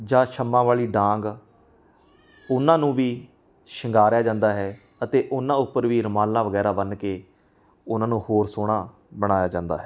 ਜਾ ਸੰਮਾਂ ਵਾਲੀ ਡਾਂਗ ਉਹਨਾਂ ਨੂੰ ਵੀ ਸ਼ਿੰਗਾਰਿਆ ਜਾਂਦਾ ਹੈ ਅਤੇ ਉਹਨਾਂ ਉੱਪਰ ਵੀ ਰੁਮਾਲਾ ਵਗੈਰਾ ਬੰਨ੍ਹ ਕੇ ਉਹਨਾਂ ਨੂੰ ਹੋਰ ਸੋਹਣਾ ਬਣਾਇਆ ਜਾਂਦਾ ਹੈ